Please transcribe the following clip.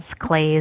clays